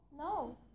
No